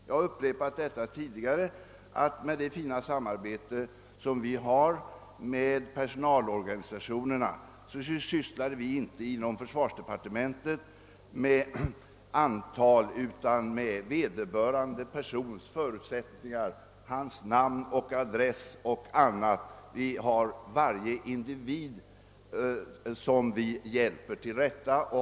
Jag upprepar vad jag har sagt tidigare, att vi inom försvarsdepartementet med det fina samarbete som vi har med personalorganisationerna inte bara räknar antal, utan tar reda på vederbörande personers förutsättningar, namn, adress o.s.v. och hjälper varje individ till rätta.